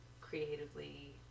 creatively